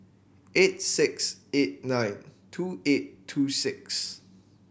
eight six eight nine two eight two six